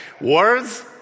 Words